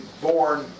born